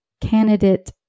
Candidate